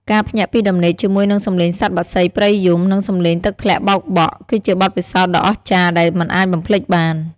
ការភ្ញាក់ពីដំណេកជាមួយនឹងសំឡេងសត្វបក្សីព្រៃយំ និងសំឡេងទឹកធ្លាក់បោកបក់ គឺជាបទពិសោធន៍ដ៏អស្ចារ្យដែលមិនអាចបំភ្លេចបាន។